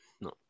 No